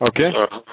Okay